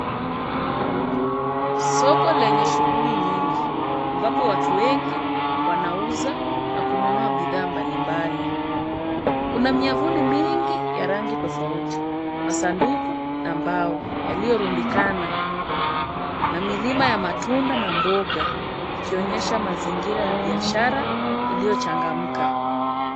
Soko lenye shughuli nyingi ambapo watu wengi wanauza na kununua bidhaa mbalimbali. Kuna miavuli mingi ya rangi tofauti kwa sanduku la mbao yaliyorundikana na milima ya matunda na mboga ikionyesha mazingira ya biashara iliyochangamka.